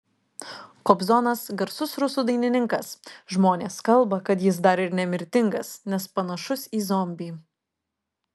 kobzonas garsus rusų dainininkas žmonės kalba kad jis dar ir nemirtingas nes panašus į zombį